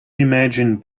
imagine